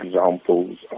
examples